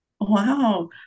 Wow